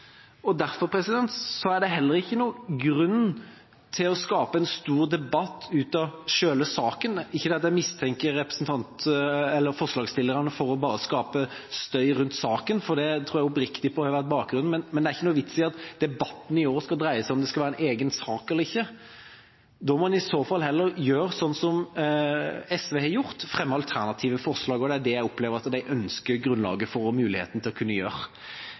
det. Derfor er det heller ikke noen grunn til å skape en stor debatt ut av selve saken. Ikke det at jeg mistenker forslagsstillerne for bare å skape støy rundt saken – jeg tror oppriktig på det som har vært bakgrunnen – men det er ikke noen vits i at debatten i år skal dreie seg om hvorvidt det skal være en egen sak eller ikke. Da må en i så fall heller gjøre som SV har gjort – fremme alternative forslag. Det er det jeg opplever at de ønsker grunnlaget for og muligheten til å kunne gjøre.